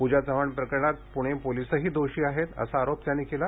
पूजा चव्हाण प्रकरणात प्णे पोलीसही दोषी आहेत असा आरोप त्यांनी केला